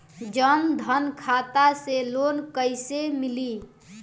जन धन खाता से लोन कैसे मिली?